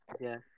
yes